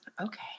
Okay